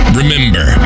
remember